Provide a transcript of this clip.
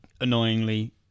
Annoyingly